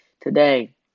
today